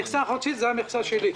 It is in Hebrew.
המכסה החודשית היא המכסה שלי,